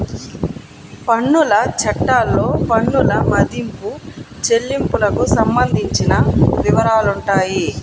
పన్నుల చట్టాల్లో పన్నుల మదింపు, చెల్లింపులకు సంబంధించిన వివరాలుంటాయి